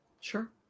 Sure